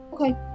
Okay